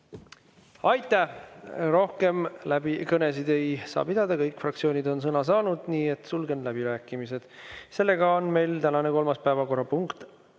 Aitäh! Rohkem kõnesid ei saa pidada, kõik fraktsioonid on sõna saanud, nii et sulgen läbirääkimised. Meie tänane kolmas päevakorrapunkt